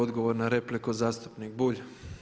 Odgovor na repliku zastupnik Bulj.